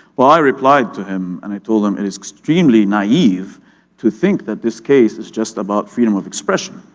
well i replied to him and i told him, it is extremely naive to think that this case is just about freedom of expression,